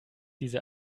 diese